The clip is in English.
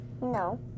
No